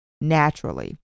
naturally